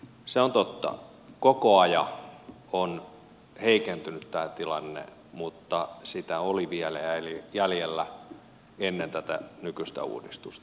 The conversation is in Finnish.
se on totta koko ajan on heikentynyt tämä tilanne mutta sitä oli vielä jäljellä ennen tätä nykyistä uudistusta